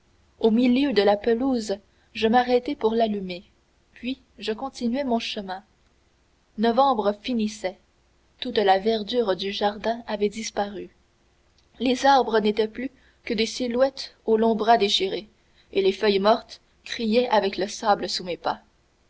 au milieu de la pelouse je m'arrêtai pour l'allumer puis je continuai mon chemin novembre finissait toute la verdure du jardin avait disparu les arbres n'étaient plus que des squelettes aux longs bras décharnés et les feuilles mortes criaient avec le sable sous mes pas